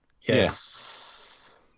yes